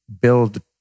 build